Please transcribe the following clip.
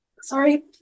Sorry